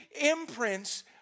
imprints